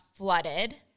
flooded